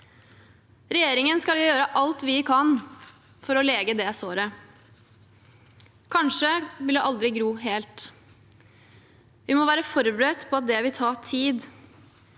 Regjeringen skal gjøre alt vi kan for å lege det såret. Kanskje vil det aldri gro helt. Vi må være forberedt på at det vil ta tid,